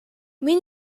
мин